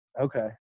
Okay